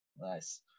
Nice